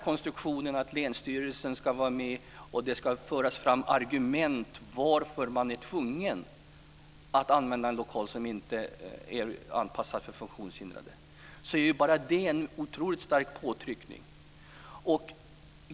Konstruktionen att länsstyrelsen ska vara med och att det ska föras fram argument för att man är tvungen att använda en lokal som inte är anpassad för funktionshindrade är bara det en otroligt stark påtryckning.